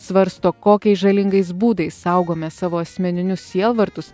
svarsto kokiais žalingais būdais saugome savo asmeninius sielvartus